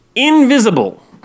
Invisible